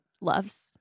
loves